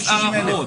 מה זה 60,000 אלף?